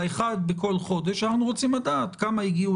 באחד בכל חודש אנחנו רוצים לדעת כמה הגיעו